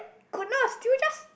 goodness did you just